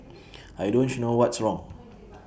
I don't know what's wrong